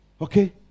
Okay